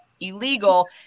illegal